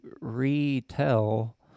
retell